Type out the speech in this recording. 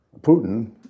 Putin